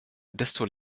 desto